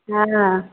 हँ